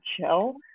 chill